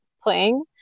playing